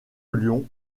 lyon